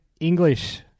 English